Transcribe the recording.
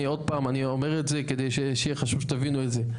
אני עוד פעם אומר את זה כדי שיהיה חשוב שתבינו את זה.